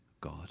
God